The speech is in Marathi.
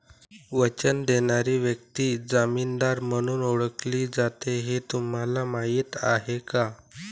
वचन देणारी व्यक्ती जामीनदार म्हणून ओळखली जाते हे तुम्हाला माहीत आहे का?